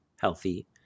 healthy